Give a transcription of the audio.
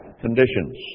conditions